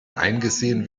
eingesehen